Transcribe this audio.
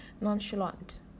nonchalant